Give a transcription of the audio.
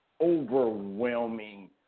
overwhelming